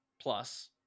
plus